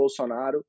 Bolsonaro